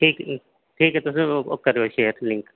ठीक ऐ तुस ओह् करेओ शेयर लिंक